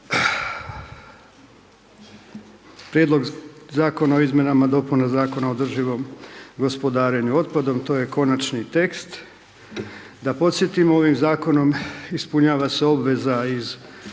Prijedlog Zakona o izmjenama i dopunama Zakona o održivom gospodarenju otpadom, to je konačni tekst. Da podsjetimo, ovim Zakonom ispunjava se obveza iz